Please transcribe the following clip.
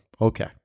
Okay